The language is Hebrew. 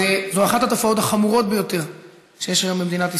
זו אחת התופעות החמורות ביותר שיש היום במדינת ישראל.